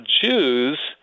Jews